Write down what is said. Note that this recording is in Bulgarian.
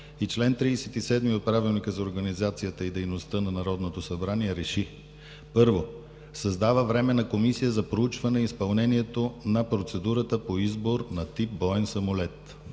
и чл. 37 от Правилника за организацията и дейността на Народното събрание РЕШИ: 1. Създава Временна комисия за проучване изпълнението на процедурата по избор на нов тип боен самолет.